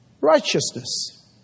righteousness